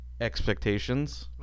expectations